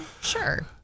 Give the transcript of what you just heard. Sure